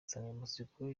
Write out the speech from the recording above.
insanganyamatsiko